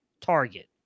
target